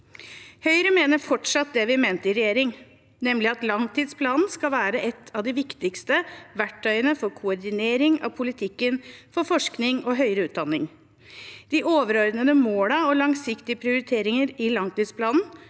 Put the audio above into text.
Høyre mener fortsatt det vi mente i regjering, nemlig at langtidsplanen skal være et av de viktigste verktøyene for koordinering av politikken for forskning og høyere utdanning. De overordnede målene og langsiktige prioriteringene i langtidsplanen